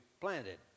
planted